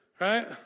right